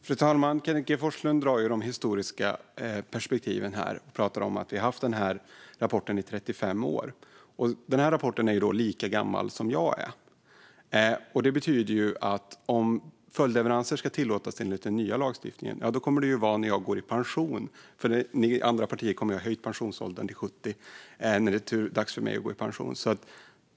Fru talman! Kenneth G Forslund drar fram de historiska perspektiven och talar om att denna rapport har lagts fram i 35 år. Rapporten är lika gammal som jag är. Det betyder att om följdleveranser ska tillåtas enligt den nya lagstiftningen kommer det att ske när jag går i pension. De andra partierna kommer att ha höjt pensionsåldern till 70 när det är dags för mig att gå i pension.